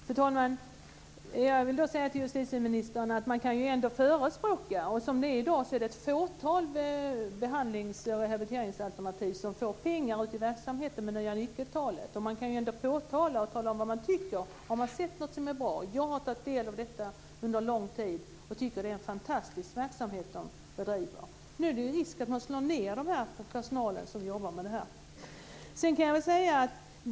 Fru talman! Jag vill säga till justitieministern att man kan ändå förespråka något. Som det är i dag är det ett fåtal behandlings och rehabiliteringsalternativ som får pengar ute i verksamheten med ett nytt nyckeltal. Man kan ändå tala om vad man tycker, om man har sett något som är bra. Jag har tagit del av detta under en lång tid, och jag tycker att det är en fantastisk verksamhet man bedriver. Nu är det ju risk för att man slår ned på personalen som jobbar med det här.